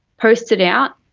post it out,